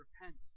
repent